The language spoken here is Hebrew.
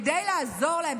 כדי לעזור להם,